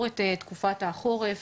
הכוונה היא כן להמשיך בחלק מהמוסדות,